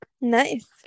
Nice